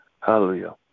Hallelujah